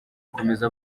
akomeza